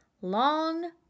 long